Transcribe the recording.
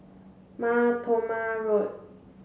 Mar Thoma Road